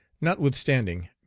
Notwithstanding